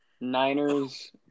Niners